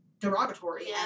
derogatory